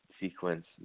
sequence